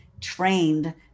trained